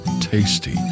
tasty